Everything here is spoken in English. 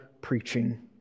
preaching